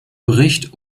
bericht